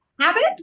Habit